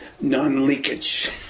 Non-leakage